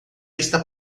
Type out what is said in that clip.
está